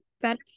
better